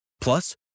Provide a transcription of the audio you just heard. Plus